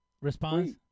response